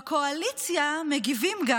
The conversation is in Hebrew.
בקואליציה גם מגיבים: